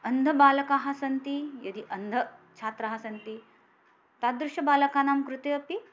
अन्धबालकाः सन्ति यदि अन्धच्छात्राः सन्ति तादृशबालकानां कृते अपि